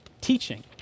teaching